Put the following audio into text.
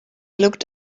looked